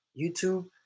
YouTube